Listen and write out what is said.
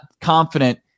confident